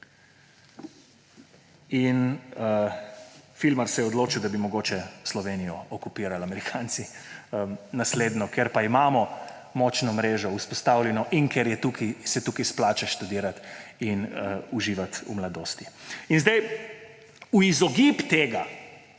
In filmar se je odločil, da bi mogoče Američani Slovenijo okupirali naslednjo, ker imamo močno mrežo vzpostavljeno in ker se tukaj izplača študirati in uživati v mladosti. V izogib tega,